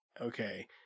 okay